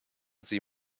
sie